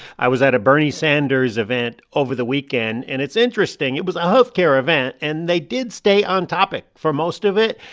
i was at a bernie sanders event over the weekend, and it's interesting. it was a health care event, and they did stay on topic for most of it,